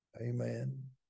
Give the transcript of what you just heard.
Amen